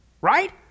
right